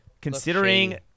considering